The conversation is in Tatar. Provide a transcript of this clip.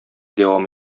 дәвам